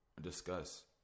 discuss